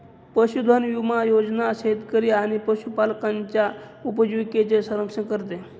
पशुधन विमा योजना शेतकरी आणि पशुपालकांच्या उपजीविकेचे संरक्षण करते